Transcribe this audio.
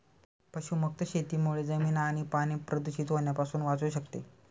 पशुमुक्त शेतीमुळे जमीन आणि पाणी प्रदूषित होण्यापासून वाचू शकते